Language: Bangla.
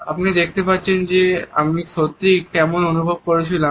আপনি দেখতে পাচ্ছেন যে আমি সত্যিই কেমন অনুভব করছিলাম